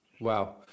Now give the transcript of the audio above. Wow